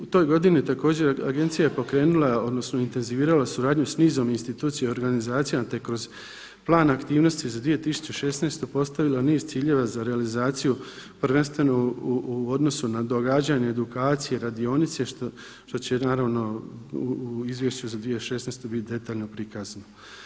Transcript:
U toj godini također agencija je pokrenula odnosno intenzivirala suradnju sa nizom institucija i organizacija te kroz plan aktivnosti za 2016. postavila niz ciljeva za realizaciju prvenstveno u odnosu na događanja, edukacije, radionice što će naravno u izvješću za 2016. biti detaljno prikazano.